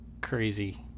Crazy